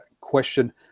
question